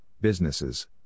businesses